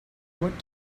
what